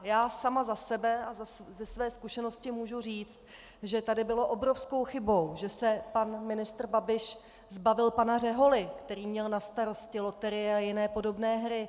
Já sama za sebe a ze své zkušenosti můžu říct, že tady bylo obrovskou chybou, že se pan ministr Babiš zbavil pana Řeholy, který měl na starosti loterie a jiné podobné hry.